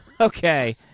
Okay